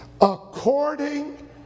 According